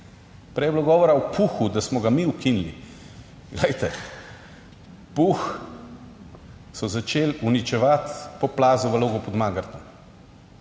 Prej je bilo govora o Puhu, da smo ga mi ukinili. Glejte, Puh so začeli uničevati po plazu v Logu pod Mangartom